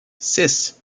six